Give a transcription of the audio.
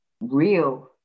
real